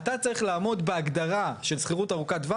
לא נתערב בשוק --- אתה יכול להתערב בלי להתערב יותר